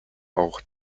auch